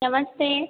नमस्ते